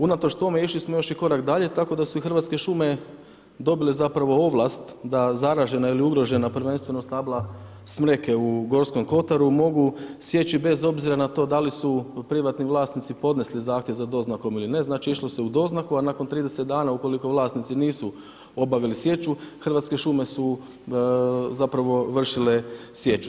Unatoč tome išli smo još i korak dalje, tako da su i Hrvatske šume dobile ovlast da zaražene ili ugrožena prvenstveno stabla smreke u Gorskom kotaru, mogu sjeći bez obzira na to da li su privatni vlasnici podnesli zahtjev za doznakom ili ne, znači išlo se u doznaku a nakon 30 dana ukoliko vlasnici nisu obavili sječu, Hrvatske šume su vršile sječu.